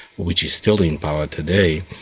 which is still in power today,